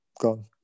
Gone